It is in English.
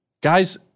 Guys